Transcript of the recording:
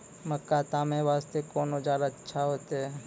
मक्का तामे वास्ते कोंन औजार अच्छा होइतै?